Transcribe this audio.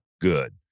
good